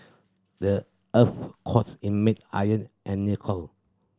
the earth's cores is made iron and nickel